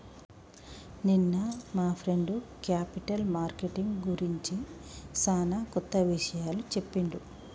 నిన్న మా friend capital marketing గురించి సానా కొత్త విషయాలు చెప్పిండు